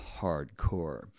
hardcore